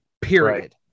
period